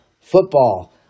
football